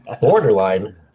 Borderline